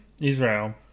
Israel